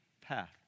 path